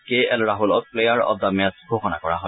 কে L ৰাছলক player of the match ঘোষণা কৰা হয়